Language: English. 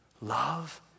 love